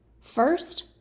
First